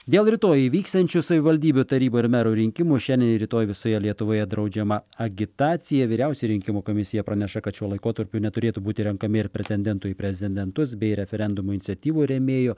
dėl rytoj įvyksiančių savivaldybių tarybų ir mero rinkimų šiandien ir rytoj visoje lietuvoje draudžiama agitacija vyriausioji rinkimų komisija praneša kad šiuo laikotarpiu neturėtų būti renkami ir pretendentų į prezidentus bei referendumų iniciatyvų rėmėjų